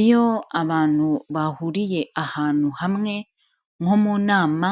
Iyo abantu bahuriye ahantu hamwe nko mu nama,